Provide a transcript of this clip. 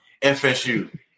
FSU